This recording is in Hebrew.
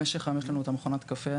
במשך היום יש לנו את מכונת הקפה